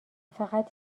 فقط